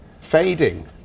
Fading